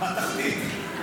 בתחתית.